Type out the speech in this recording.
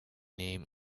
name